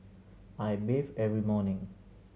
I bathe every morning